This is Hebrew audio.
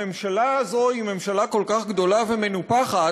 הממשלה הזאת היא ממשלה כל כך גדולה ומנופחת,